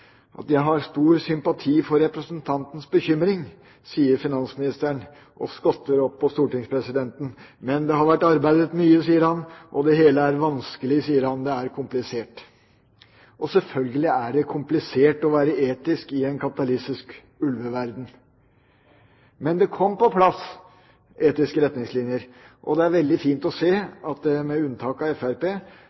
har stor sympati for representantens bekymring, sier finansministeren og skotter opp på stortingspresidenten. Men det har vært arbeidet mye, sier han, og det hele er vanskelig, sier han, komplisert.» Selvfølgelig er det komplisert å forsøke å være etisk i en kapitalistisk ulveverden. Men det kom på plass etiske retningslinjer, og det er veldig fint å se at med unntak av